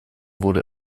wurde